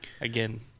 again